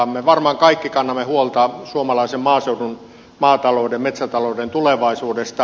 me varmaan kaikki kannamme huolta suomalaisen maaseudun maatalouden metsätalouden tulevaisuudesta